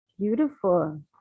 beautiful